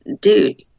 dude